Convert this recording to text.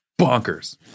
Bonkers